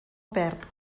perd